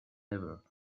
ever